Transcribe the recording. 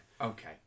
Okay